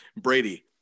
Brady